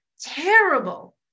Terrible